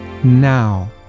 Now